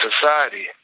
society